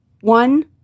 One